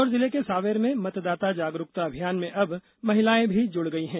इंदौर जिले के साँवेर में मतदाता जागरूकता अभियान में अब महिलाएं भी जुड़ गई हैं